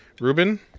Ruben